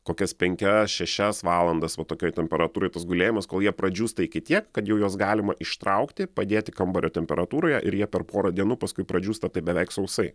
kokias penkias šešias valandas va tokioj temperatūroj tas gulėjimas kol jie pradžiūsta iki tiek kad jau juos galima ištraukti padėti kambario temperatūroje ir jie per porą dienų paskui pradžiūsta taip beveik sausai